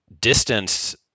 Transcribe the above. distance